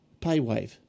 Paywave